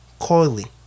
coily